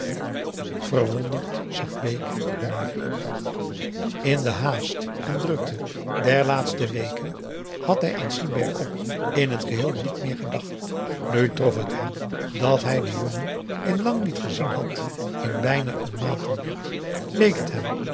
verwonderd zag bake er naar in de haast en drukte der laatste weken had hij aan si bengkok in het geheel niet meer gedacht nu trof het hem dat hij den jongen in augusta de wit orpheus in de dessa lang niet gezien had in bijna een maand al niet leek het hem